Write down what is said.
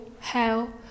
hell